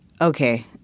okay